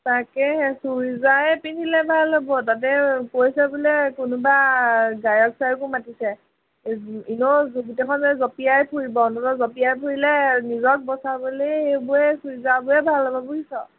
তাকেহে চুইজাৰে পিন্ধিলে ভাল হ'ব তাতে কৈছে বোলে কোনোবা গায়ক চায়কো মাতিছে এনেও গোটেইখনে জঁপিয়ায়েই ফুৰিব অন্ততঃ জঁপিয়াই ফুৰিলে নিজক বচাবলৈয়ে সেইবোৰে চুইজাযোৰেই ভাল হ'ব বুজিছ